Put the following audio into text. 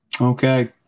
Okay